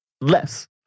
less